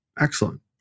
Excellent